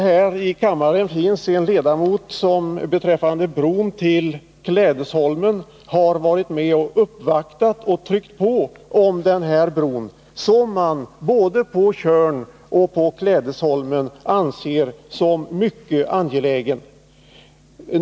Här i kammaren finns en ledamot som varit med och uppvaktat om en bro till Klädesholmen, som man både på Tjörn och på Klädesholmen anser mycket angelägen.